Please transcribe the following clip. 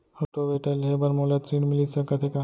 Rotavator लेहे बर मोला ऋण मिलिस सकत हे का?